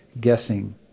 guessing